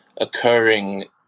occurring